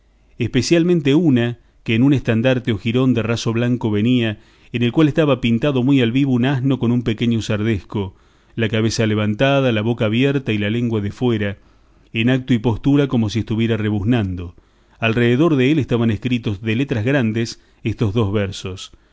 especialmente una que en un estandarte o jirón de raso blanco venía en el cual estaba pintado muy al vivo un asno como un pequeño sardesco la cabeza levantada la boca abierta y la lengua de fuera en acto y postura como si estuviera rebuznando alrededor dél estaban escritos de letras grandes estos dos versos